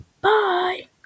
Bye